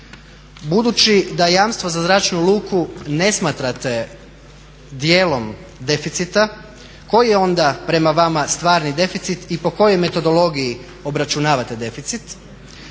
Budući da jamstvo za zračnu luku ne smatrate dijelom deficita koji je onda prema vama stvarni deficit i po kojoj metodologiji obračunavate deficit?